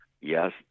Yes